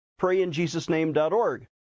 Prayinjesusname.org